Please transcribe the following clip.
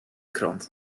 krant